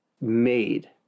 made